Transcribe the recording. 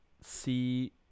see